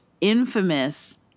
infamous